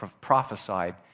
prophesied